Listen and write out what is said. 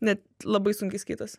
net labai sunkiai skaitos